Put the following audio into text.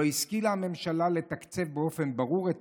לא השכילה הממשלה לתקצב באופן ברור את